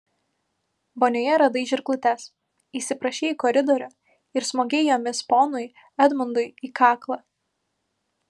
vonioje radai žirklutes išsiprašei į koridorių ir smogei jomis ponui edmundui į kaklą